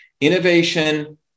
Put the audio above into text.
Innovation